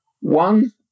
One